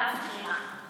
ואף בגרירה?